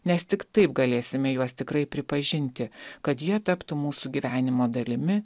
nes tik taip galėsime juos tikrai pripažinti kad jie taptų mūsų gyvenimo dalimi